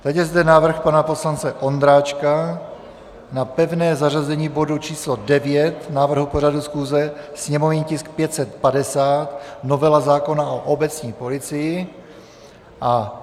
Teď je zde návrh pana poslance Ondráčka na pevné zařazení bodu číslo 9 návrhu pořadu schůze, sněmovní tisk 550, novela zákona o obecní policii.